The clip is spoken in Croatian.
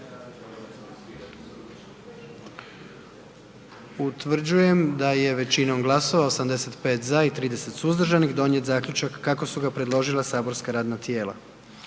Utvrđujem da je većinom glasova 85 za i 30 suzdržanih donijet zaključak kako su ga predložila saborska radna tijela.